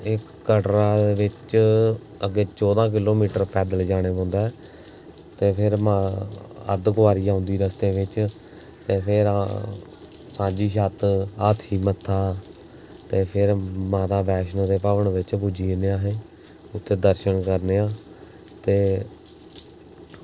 एह् कटरा दे बिच्च अग्गें चौदां किलोमीटर पैदल जाना पौंदा ते फिर अर्धकुंवारी औंदी रस्ते बिच्च ते फिर सांझीछत हाथी मत्था ते फिर माता वैश्नो दे भवन बिच्च पुज्जी जन्ने अस उत्थुं दर्शन करने ते